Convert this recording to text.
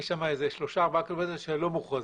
יש שם כשלושה-ארבעה קילומטרים שלא מוכרזים.